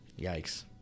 Yikes